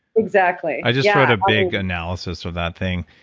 exactly i just read a big analysis of that thing.